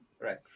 right